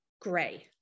Gray